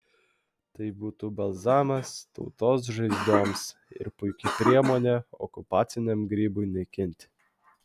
tai būtų balzamas tautos žaizdoms ir puiki priemonė okupaciniam grybui naikinti